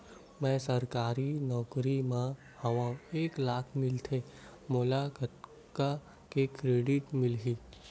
मैं सरकारी नौकरी मा हाव एक लाख मिलथे मोला कतका के क्रेडिट मिलही?